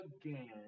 Again